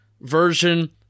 version